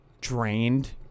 drained